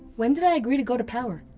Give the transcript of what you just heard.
when did i agree to go to power?